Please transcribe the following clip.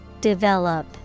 Develop